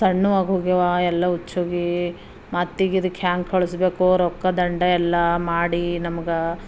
ತಣ್ಣಗೆ ಆಗಿ ಹೋಗ್ಯವ ಎಲ್ಲ ಉಚ್ಚ್ ಹೋಗಿ ಮತ್ತೀಗಿದಕ್ಕೆ ಹೆಂಗೆ ಕಳಿಸ್ಬೇಕು ರೊಕ್ಕ ದಂಡ ಎಲ್ಲ ಮಾಡಿ ನಮಗೆ